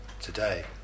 today